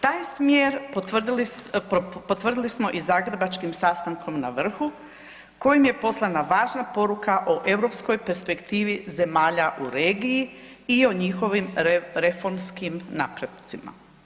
Taj smjer potvrdili smo i zagrebačkim sastankom na vrhu kojim je poslana važna poruka o europskoj perspektivi zemalja u regiji i o njihovim reformskim napredcima.